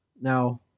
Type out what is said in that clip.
now